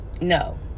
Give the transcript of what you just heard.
no